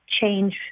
change